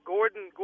Gordon